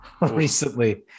recently